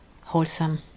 wholesome